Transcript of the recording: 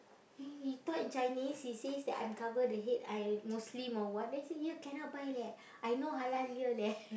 he he talk in Chinese he says that I cover the head I Muslim or what then say here cannot buy leh I no halal here leh